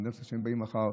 כשהם באים מחר,